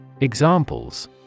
Examples